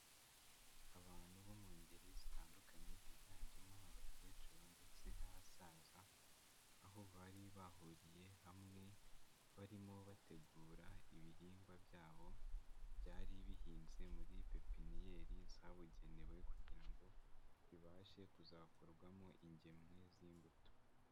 Abantu bo mu ngeri zitandukanye higanjemo abakecuru ndetse n'abasaza, aho bari bahuriye hamwe barimo bategura ibihingwa byabo byari bihinze muri pepennyeri zabugenewe kugira ngo bibashe kuzakorwamo ingemwe z'imbuto.